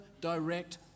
direct